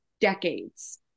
decades